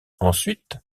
ensuite